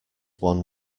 one